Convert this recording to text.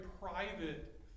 private